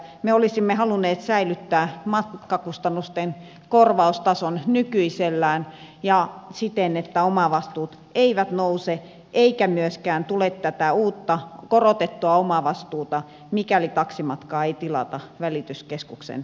me olisimme halunneet säilyttää matkakustannusten korvaustason nykyisellään ja siten että omavastuut eivät nouse eikä myöskään tule tätä uutta korotettua omavastuuta mikäli taksimatkaa ei tilata välityskeskuksen kautta